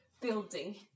building